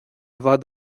bhfad